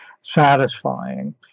satisfying